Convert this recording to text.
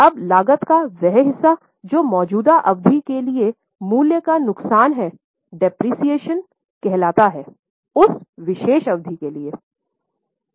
अब लागत का वह हिस्सा जो मौजूदा अवधि के लिए मूल्य का नुकसान है मूल्यह्रास कहा जाता है उस विशेष अवधि के लिए